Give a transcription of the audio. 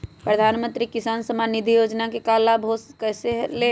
प्रधानमंत्री किसान समान निधि योजना का लाभ कैसे ले?